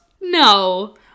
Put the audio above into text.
No